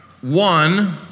One